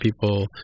people